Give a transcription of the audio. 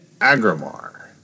Agrimar